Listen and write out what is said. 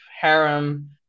harem